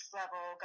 level